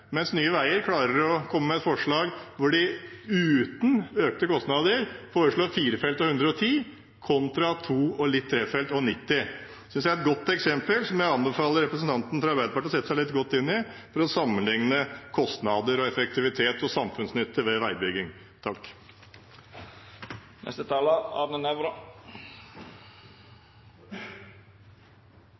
mens Nye Veier klarer å komme med et forslag hvor de uten økte kostnader foreslår firefelts vei og 110 km/t, kontra to- og litt trefelts og 90 km/t. Det synes jeg er et godt eksempel som jeg anbefaler representanten fra Arbeiderpartiet å sette seg godt inn i, for å sammenligne kostnader, effektivitet og samfunnsnytte ved veibygging.